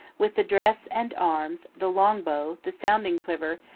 with the dress and arms, the long bow, the sounding quiver,